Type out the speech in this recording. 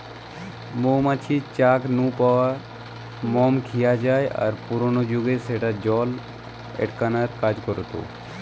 মৌ মাছির চাক নু পাওয়া মম খিয়া জায় আর পুরানা জুগে স্যাটা জল আটকানার কাজ করতা